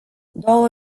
două